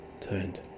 turned